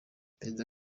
perezida